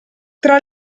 tra